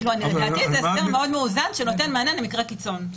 לדעתי זה הסדק מאוזן שנותן מענה למקרה קיצון.